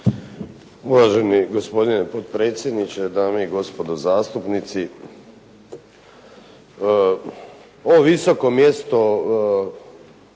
Uvaženi gospodine potpredsjedniče, dame i gospodo zastupnici. Ovo visoko mjesto